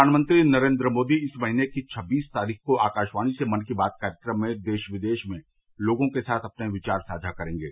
प्रधानमंत्री नरेन्द्र मोदी इस महीने की छबसी तारीख को आकाशवाणी से मन की बात कार्यक्रम में देश विदेश में लोगों के साथ अपने विचार साझा करेंगे